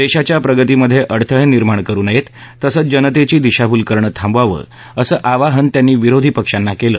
देशाच्या प्रगतीमध्ये अडथळे निर्माण करु नयेत तसंच जनतेची दिशाभूल करणं थांबवावं असं आवाहन त्यांनी विरोधी पक्षांना केलं